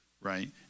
right